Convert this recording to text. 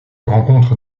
rencontre